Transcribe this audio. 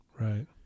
Right